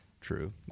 True